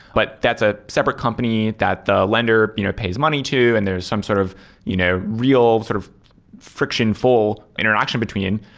but that's a separate company that lender you know pays money to and there is some sort of you know real sort of friction-full interaction between.